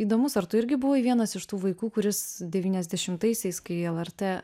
įdomus ar tu irgi buvai vienas iš tų vaikų kuris devyniasdešimtaisiais kai lrt